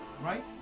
right